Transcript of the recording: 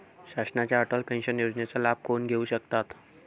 शासनाच्या अटल पेन्शन योजनेचा लाभ कोण घेऊ शकतात?